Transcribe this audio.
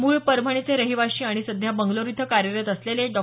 मूळ परभणीचे रहिवाशी आणि सध्या बंगलोर इथं कार्यरत असलेले डॉ